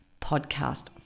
podcast